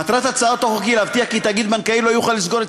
מטרת הצעת החוק היא להבטיח כי תאגיד בנקאי לא יוכל לסגור את